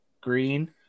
green